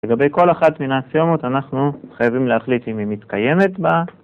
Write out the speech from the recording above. לגבי כל אחת מן האקסיומות אנחנו חייבים להחליט אם היא מתקיימת בה.